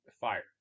fire